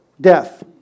death